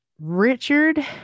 richard